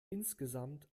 insgesamt